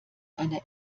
einer